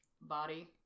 body